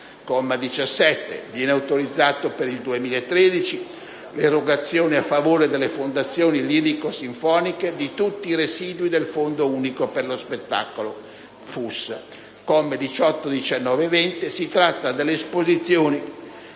comma 17 viene autorizzata per il 2013 l'erogazione a favore delle fondazioni lirico sinfoniche di tutti i residui del Fondo unico per lo spettacolo (FUS). I commi 18, 19 e 20 contengono disposizioni